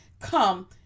come